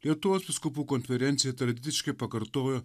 lietuvos vyskupų konferencija tradiciškai pakartojo